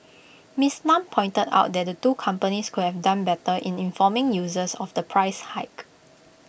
miss Lam pointed out that the two companies could have done better in informing users of the price hike